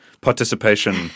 participation